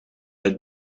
het